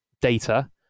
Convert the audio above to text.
data